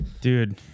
Dude